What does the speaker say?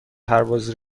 پرواز